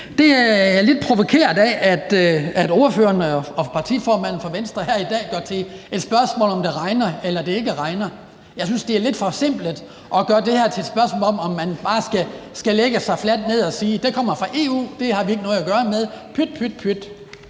Det er jeg lidt provokeret af at ordføreren og partiformanden for Venstre her i dag gør til et spørgsmål om, om det regner eller det ikke regner. Jeg synes, det er lidt forsimplet at gøre det her til et spørgsmål om, om man bare skal lægge sig fladt ned og sige, at det kommer fra EU, det har vi ikke noget at gøre med, pyt, pyt.